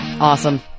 awesome